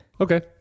okay